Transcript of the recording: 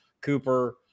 Cooper